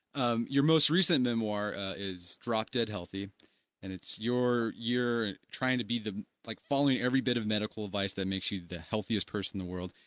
um your most recent memoir is drop dead healthy and it's your you're trying to be the like following every bit of medical advice that makes you the healthiest person in the world.